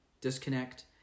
disconnect